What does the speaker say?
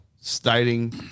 stating